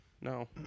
No